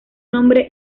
nombre